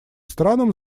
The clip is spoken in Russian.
странам